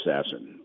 assassin